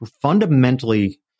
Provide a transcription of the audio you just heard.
fundamentally